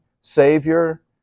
Savior